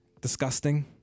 disgusting